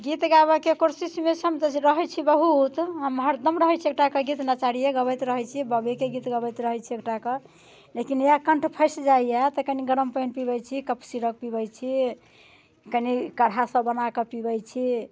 गीत गाबैके कोशिशमे से हम रहैत छी बहुत हम हरदम रहैत छी एकटाके गीत नचारिये गबैत रहैत छियै बबेके गीत गबैत रहैत छियै एकटाकऽ लेकिन इएह कण्ठ फँसि जाइया तऽ कनि गरम पानि पीबैत छी कफ सीरप पीबैत छी कनि काढ़ा सभ बनाकऽ पीबैत छी